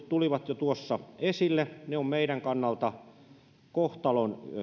tulivat jo tuossa esille ne ovat meidän kannalta kohtalon